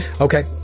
Okay